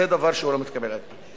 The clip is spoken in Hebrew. זה דבר שהוא לא מתקבל על הדעת.